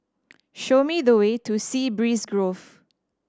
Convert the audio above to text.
show me the way to Sea Breeze Grove